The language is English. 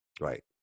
Right